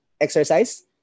exercise